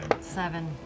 Seven